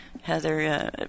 Heather